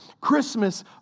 Christmas